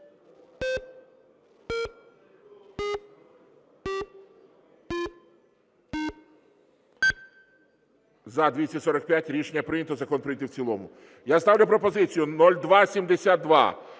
За-245 Рішення прийнято. Закон прийнятий в цілому. Я ставлю пропозицію 0272